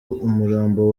umurambo